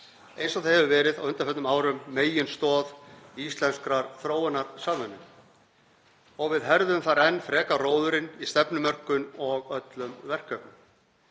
eins og það hefur verið á undanförnum árum, meginstoð íslenskrar þróunarsamvinnu og að við herðum þar enn frekar róðurinn í stefnumörkun og öllum verkefnum.